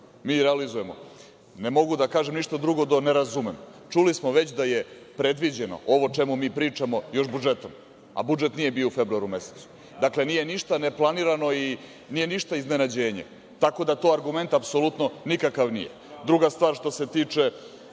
mi realizujemo, ne mogu da kažem ništa drugo nego da ne razumem. Čuli smo već da je predviđeno ovo o čemu mi pričamo još budžetom, a budžet nije bio u februaru mesecu. Dakle, nije ništa neplanirano i nije ništa iznenađenje. Tako da to nije nikakav argument. Druga stvar, što se tiče